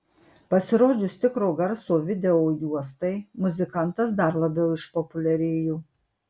pasirodžius tikro garso videojuostai muzikantas dar labiau išpopuliarėjo